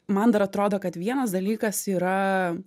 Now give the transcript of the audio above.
man dar atrodo kad vienas dalykas yra